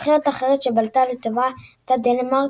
נבחרת אחרת שבלטה לטובה הייתה דנמרק,